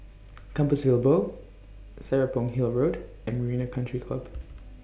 Compassvale Bow Serapong Hill Road and Marina Country Club